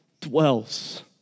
dwells